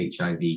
HIV